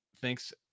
thanks